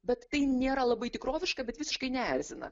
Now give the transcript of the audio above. bet nėra labai tikroviška bet visiškai neerzina